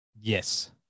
Yes